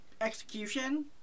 execution